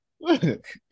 Look